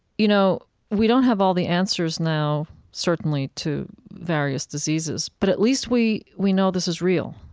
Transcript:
you know, we don't have all the answers now, certainly, to various diseases, but at least we we know this is real.